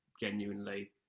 genuinely